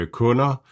kunder